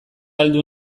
heldu